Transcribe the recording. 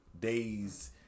days